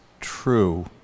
true